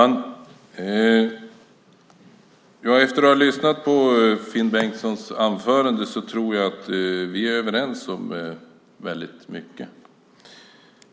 Fru talman! Efter att ha lyssnat på Finn Bengtssons anförande tror jag att vi är överens om väldigt mycket.